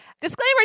disclaimer